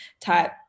type